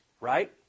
right